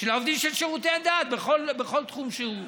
של העובדים בשירותי הדת בכל תחום שהוא.